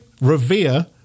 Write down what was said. revere